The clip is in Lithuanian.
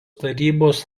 tarybos